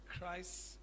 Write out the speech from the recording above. Christ